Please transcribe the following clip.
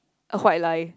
a white lie